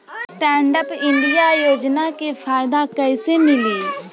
Stand up India योजना के फायदा कैसे मिली?